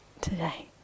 today